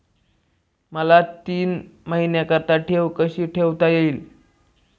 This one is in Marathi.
मला तीन महिन्याकरिता ठेव कशी ठेवता येईल?